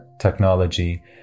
technology